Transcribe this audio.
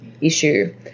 issue